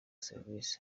serivisi